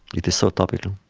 it is so topical.